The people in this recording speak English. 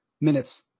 Minutes